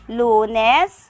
lunes